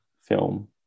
film